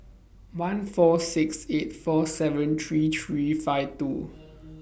one four six eight four seven three three five two